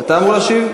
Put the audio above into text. אתה אמור להשיב?